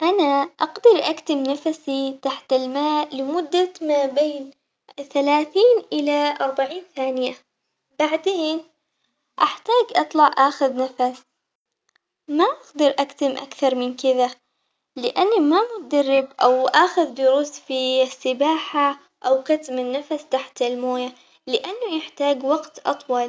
أنا أقدر أكتم نفسي تحت الماء لمدة ما بين ثلاثين إلى أربعين ثانية، بعدين أحتاج أطلع آخذ نفس ما أقدر أكتم أكثر من كذا لأني ما مدرب أو آخذ جروس في السباحة أو كتم النفس تحت الموية، لأنه يحتاج وقت أطول.